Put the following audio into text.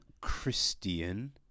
Christian